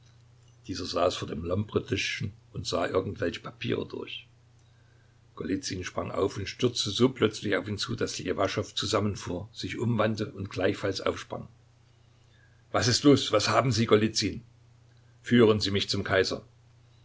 dieser saß vor dem lhombre tischchen und sah irgendwelche papiere durch golizyn sprang auf und stürzte so plötzlich auf ihn zu daß ljewaschow zusammenfuhr sich umwandte und gleichfalls aufsprang was ist los was haben sie golizyn führen sie mich zum kaiser